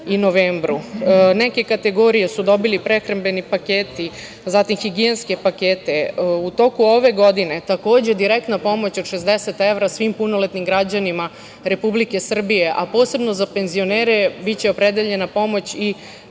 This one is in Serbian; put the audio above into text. i novembru. Neke kategorije su dobile prehrambene pakete, zatim higijenske pakete. U toku ove godine, takođe, direktna pomoć od 60 evra svim punoletnim građanima Republike Srbije, a posebno za penzionere biće opredeljena pomoć i